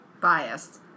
Biased